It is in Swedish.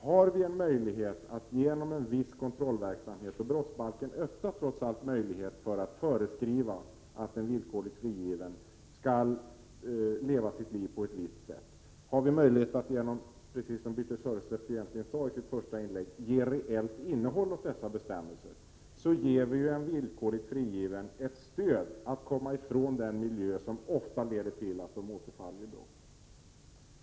Har vi en möjlighet att genom en viss kontrollverksamhet — och brottsbalken öppnar trots allt möjlighet att föreskriva att en villkorligt frigiven skall leva sitt liv på ett visst sätt — ge ett reellt innehåll åt dessa bestämmelser, som Birthe Sörestedt egentligen sade i sitt första inlägg, så ger vi en villkorligt frigiven ett stöd att komma ifrån den miljö som ofta leder till att han återfaller i brott.